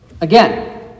Again